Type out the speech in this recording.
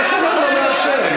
התקנון לא מאפשר.